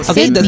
Okay